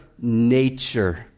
nature